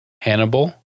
Hannibal